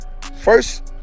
first